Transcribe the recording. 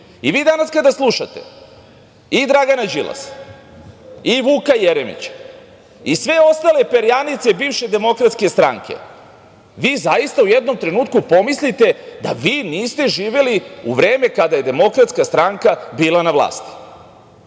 danas kada slušate i Dragana Đilasa i Vuka Jeremića i sve ostale perjanice bivše Demokratske stranke, vi zaista u jednom trenutku pomislite da vi niste živeli u vreme kada je Demokratska stranka bila na vlasti,